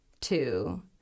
two